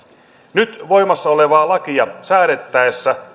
nyt voimassa olevaa lakia säädettäessä